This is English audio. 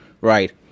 right